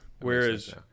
whereas